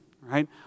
right